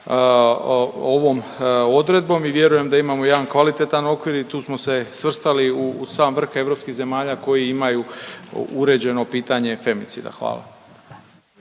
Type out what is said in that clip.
ovom odredbom i vjerujem da imamo jedan kvalitetan okvir i tu smo se svrstali u sam vrh europskih zemalja koji imaju uređeno pitanje femicida, hvala.